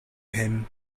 him